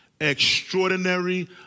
Extraordinary